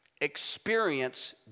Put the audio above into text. experience